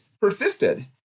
persisted